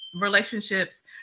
relationships